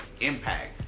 impact